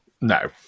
no